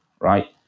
right